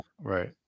right